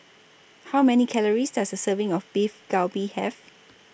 How Many Calories Does A Serving of Beef Galbi Have